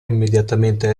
immediatamente